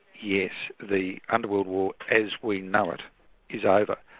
yes, the underworld war as we know it is over.